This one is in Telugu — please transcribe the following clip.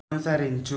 అనుసరించు